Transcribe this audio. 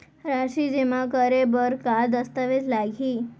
राशि जेमा करे बर का दस्तावेज लागही?